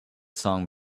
song